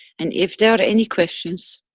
and if they are any questions,